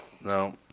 No